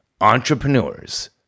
Entrepreneurs